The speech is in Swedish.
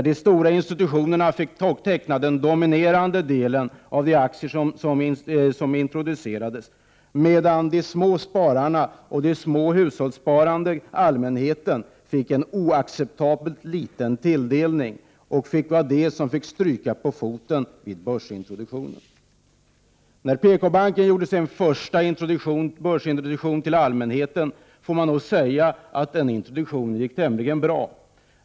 De stora institutionerna fick teckna den dominerande delen av de aktier som introducerades, medan småspararna, den hushållssparande allmänheten, fick en oacceptabelt liten tilldelning och fick stryka på foten vid börsintroduktionen. PKbankens första börsintroduktion till allmänheten gick tämligen bra, får man nog säga.